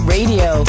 Radio